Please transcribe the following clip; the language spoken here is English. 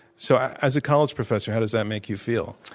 so, as a college professor, how does that make you feel?